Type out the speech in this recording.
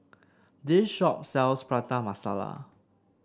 this shop sells Prata Masala